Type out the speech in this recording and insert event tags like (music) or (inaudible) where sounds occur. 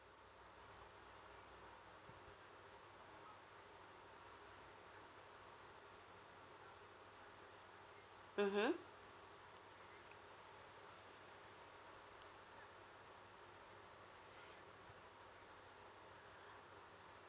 mmhmm (breath)